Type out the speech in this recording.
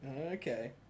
Okay